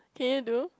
can you do